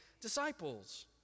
disciples